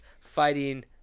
fighting